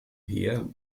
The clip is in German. heer